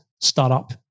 startup